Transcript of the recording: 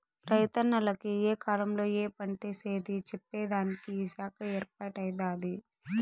రైతన్నల కి ఏ కాలంలో ఏ పంటేసేది చెప్పేదానికి ఈ శాఖ ఏర్పాటై దాది